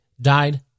died